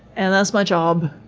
and that's my job.